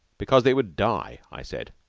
because they would die, i said.